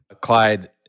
Clyde